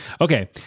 okay